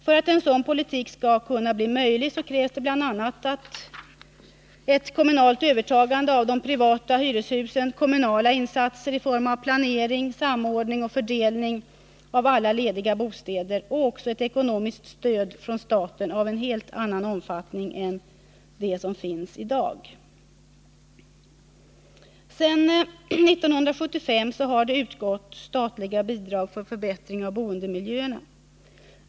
För att en sådan politik skall kunna bli möjlig krävs bl.a. ett kommunalt övertagande av privata hyreshus, kommunala insatser i form av planering, samordning och fördelning av alla lediga bostäder och ett ekonomiskt stöd från staten av en helt annan omfattning än det som finns i dag. Sedan 1975 har statliga bidrag utgått för förbättring av boendemiljöerna.